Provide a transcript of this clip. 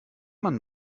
man